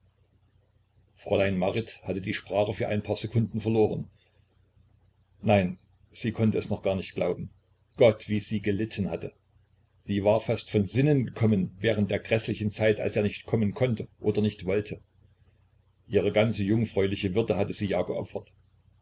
fräulein marit hatte die sprache für ein paar sekunden verloren nein sie konnte es noch gar nicht glauben gott wie sie gelitten hatte sie war fast von sinnen gekommen während der gräßlichen zeit als er nicht kommen konnte oder nicht wollte ihre ganze jungfräuliche würde hatte sie ja